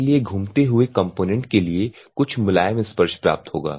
इसलिए घूमते हुए कंपोनेंट के लिए कुछ मुलायम स्पर्श प्राप्त होगा